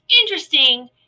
interesting